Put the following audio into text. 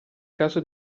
caso